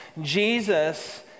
Jesus